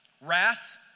wrath